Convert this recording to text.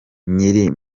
nyiri